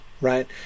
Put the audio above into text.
right